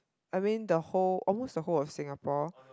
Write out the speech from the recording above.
I mean the whole almost the whole of Singapore